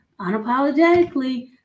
unapologetically